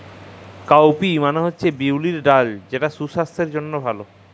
cowpea মালে হছে বিউলির ডাল যেট সুসাস্থের জ্যনহে ভাল